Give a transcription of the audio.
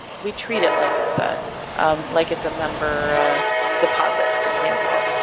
we treat it like it's ah like it's a member deposit, for example.